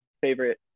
favorite